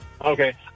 Okay